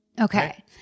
Okay